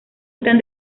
están